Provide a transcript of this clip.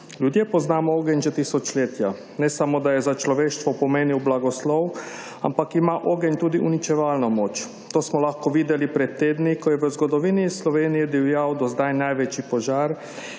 Ljudje poznamo ogenj že tisočletja. Ne samo, da je za človeštvo pomenil blagoslov, ampak ima ogenj tudi uničevalno moč. To smo lahko videli pred tedni, ko je v zgodovini Slovenije divjal do zdaj največji požar